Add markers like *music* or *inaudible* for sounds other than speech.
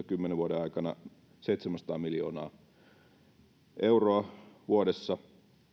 *unintelligible* kymmenen vuoden aikana seitsemänsataa miljoonaa euroa vuodessa